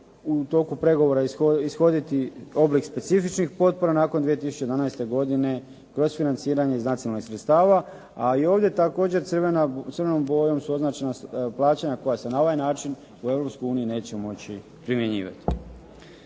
u toku pregovora ishoditi oblik specifičnih potpora nakon 2011. godine kroz financiranje iz nacionalnih sredstava. A i ovdje također crvenom bojom su označena plaćanja koja se na ovaj način u Europskoj uniji neće moći primjenjivati.